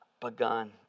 begun